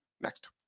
next